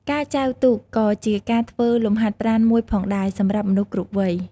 ការចែវទូកក៏ជាការធ្វើលំហាត់ប្រាណមួយផងដែរសម្រាប់មនុស្សគ្រប់វ័យ។